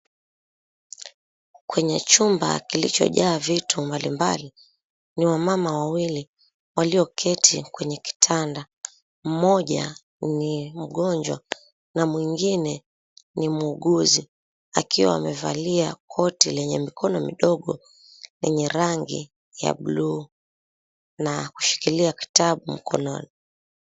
Kwenye chumba kilicho jaa vitu mbalimbali, ni wamama wawili walioketi kwenye kitanda. Mmoja ni mgonjwa, na mwingine ni muuguzi, akiwa amevalia koti lenye mikono midogo yenye rangi ya bluu, na kushikilia kitabu mkononi.